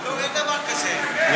לא, אין דבר כזה, זה לא לפי התקנון.